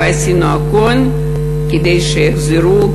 ועשינו הכול כדי שהם יחזרו,